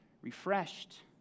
refreshed